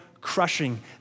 crushing